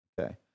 Okay